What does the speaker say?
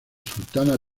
sultana